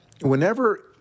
whenever